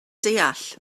deall